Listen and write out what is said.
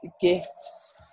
gifts